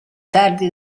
tardi